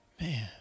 Man